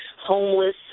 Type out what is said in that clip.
homeless